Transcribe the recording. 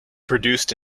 produced